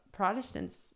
Protestants